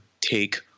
take